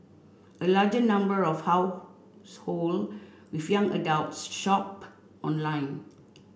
a larger number of household with young adults shop online